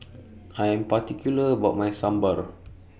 I Am particular about My Sambar